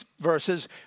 verses